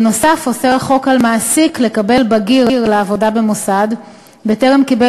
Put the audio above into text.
נוסף על כך אוסר החוק על מעסיק לקבל בגיר לעבודה במוסד בטרם קיבל